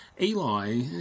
Eli